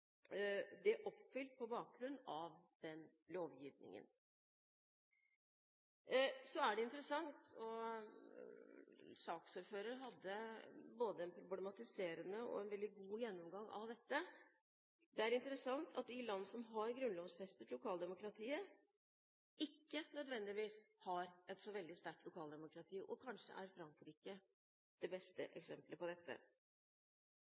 det oppfylt på bakgrunn av den lovgivningen. Så er det interessant, og saksordføreren hadde en både problematiserende og veldig god gjennomgang av dette, at de land som har grunnlovfestet lokaldemokratiet, ikke nødvendigvis har et så veldig sterkt lokaldemokrati. Kanskje er Frankrike det beste eksempelet på dette.